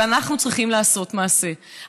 אבל אנחנו צריכים לעשות מעשה,